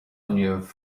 inniu